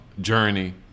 journey